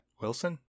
Wilson